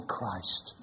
Christ